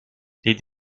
les